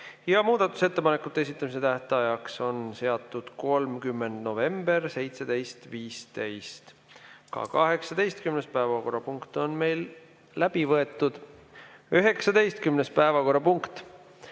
Muudatusettepanekute esitamise tähtajaks on seatud 30. november kell 17.15. Ka 18. päevakorrapunkt on meil läbi võetud. 19. päevakorrapunkt